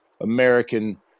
American